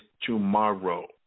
tomorrow